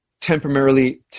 temporarily